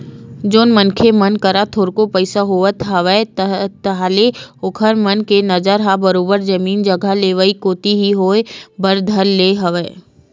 जउन मनखे मन करा थोरको पइसा होवत हवय ताहले ओखर मन के नजर ह बरोबर जमीन जघा लेवई कोती ही होय बर धर ले हवय